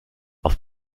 auf